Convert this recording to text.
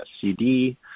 CD